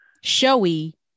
showy